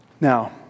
Now